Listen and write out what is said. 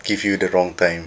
give you the wrong time